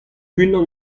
unan